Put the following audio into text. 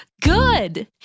Good